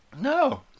No